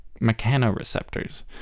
mechanoreceptors